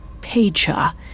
Pecha